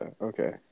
okay